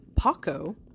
Paco